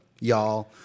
y'all